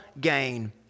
gain